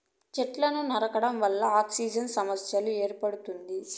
సెట్లను నరకడం వల్ల ఆక్సిజన్ సమస్య ఏర్పడుతుంది